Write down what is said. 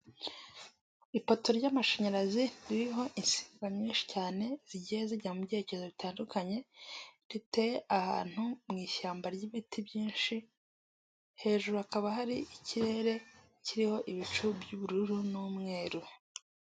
Ipoto ry'amashanyarazi riho insinga nyinshi cyane zigiye zijya mu byerekeye bitandukanye riteye ahantu mu ishyamba ry'ibiti byinshi hejuru hakaba hari ikirere kiriho ibicu by'ubururu n'umweru.